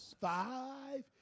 Five